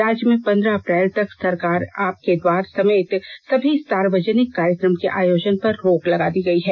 राज्य में पंद्रह अप्रैल तक सरकार आपके द्वार समेत सभी सार्वजनिक कार्यक्रम के आयोजन पर रोक लगा दी गई है